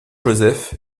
joseph